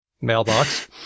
mailbox